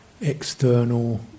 external